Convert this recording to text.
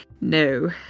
No